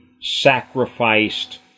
sacrificed